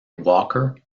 walker